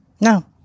No